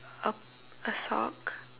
a a sock